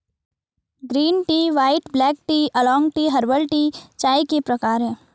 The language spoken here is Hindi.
green tea white black tea oolong tea herbal tea चाय के प्रकार है